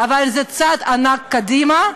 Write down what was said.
אבל זה צעד ענק קדימה,